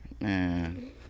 Man